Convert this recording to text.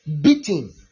beating